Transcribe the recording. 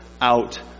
out